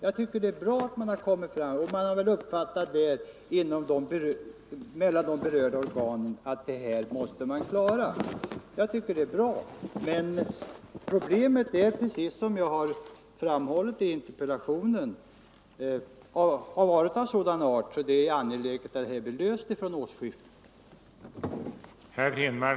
Jag tycker det är bra att man har gjort detta och att 21 november 1974 de berörda organen har uppfattat det så, att detta måste klaras. Så som — jag har framhållit i interpellationen har dock problemet varit av sådan - Om upphävande av